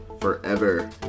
forever